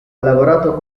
lavorato